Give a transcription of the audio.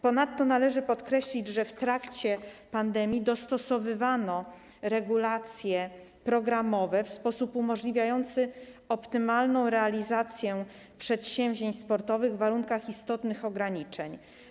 Ponadto należy podkreślić, że w trakcie pandemii dostosowywano regulacje programowe w sposób umożliwiający optymalną realizację przedsięwzięć sportowych w warunkach istotnych ograniczeń.